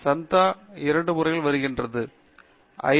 சந்தா இரண்டு முறைகளில் வருகிறது ஒன்று ஐ